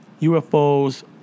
UFOs